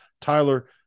Tyler